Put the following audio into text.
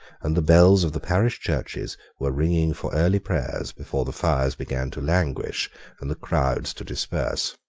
and the bells of the parish churches were ringing for early prayers, before the fires began to languish and the crowds to disperse.